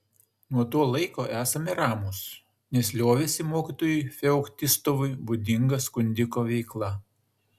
nuo to laiko esame ramūs nes liovėsi mokytojui feoktistovui būdinga skundiko veikla